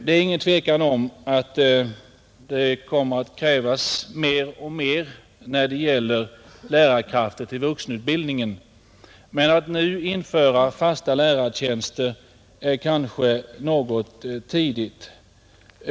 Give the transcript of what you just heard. Det är ingen tvekan om att det kommer att krävas mer och mer, när det gäller lärarkrafter till vuxenutbildningen, men att nu införa fasta lärartjänster är kanske något för tidigt.